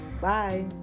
Bye